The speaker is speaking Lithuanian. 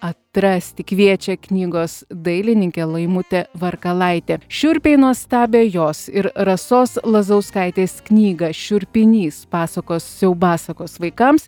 atrasti kviečia knygos dailininkė laimutė varkalaitė šiurpiai nuostabią jos ir rasos lazauskaitės knygą šiupinys pasakos siaubasakos vaikams